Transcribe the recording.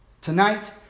Tonight